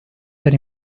per